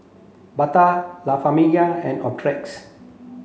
Bata La Famiglia and Optrex